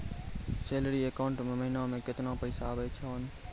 Salary account मे महिना मे केतना पैसा आवै छौन?